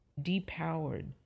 depowered